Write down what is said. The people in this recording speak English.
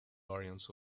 variants